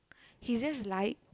he just like